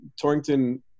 Torrington